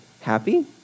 happy